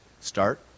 start